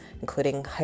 including